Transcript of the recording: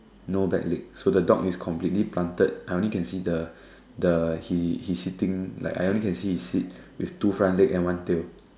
no back leg so the dog is completely planted I only can see the the he he sitting like I only can see he sit with two front leg and one tail